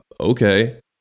okay